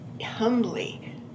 humbly